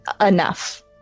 enough